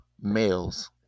males